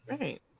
Right